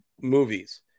movies